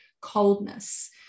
coldness